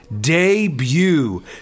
debut